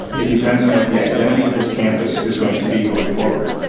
it depends on what the identity of this campus is going to be going forward.